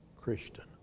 Christian